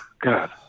god